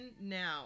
Now